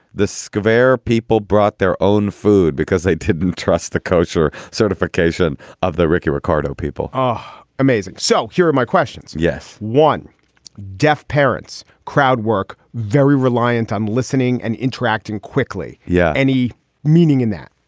the square people brought their own food because they didn't trust the kosher certification of the ricky ricardo people are amazing. so here are my questions. yes. one deaf parents crowd work very reliant on listening and interacting quickly. yeah. any meaning in that?